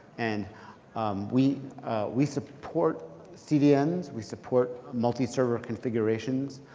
and we we support cdns, we support multi-server configurations.